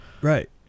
Right